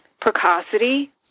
precocity